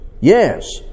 Yes